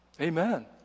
Amen